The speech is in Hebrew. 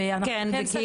אנחנו כן סגרנו --- כן,